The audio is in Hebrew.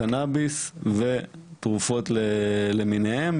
קנאביס ותרופות למיניהם.